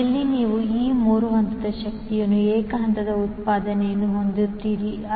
ಮನೆಗಳಲ್ಲಿ ನೀವು ಈ 3 ಹಂತದ ಶಕ್ತಿಯ ಏಕ ಹಂತದ ಉತ್ಪಾದನೆಯನ್ನು ಹೊಂದಿರುತ್ತೀರಿ